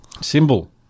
Symbol